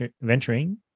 venturing